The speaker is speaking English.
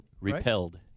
repelled